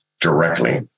directly